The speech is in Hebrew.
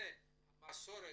זה המסורת,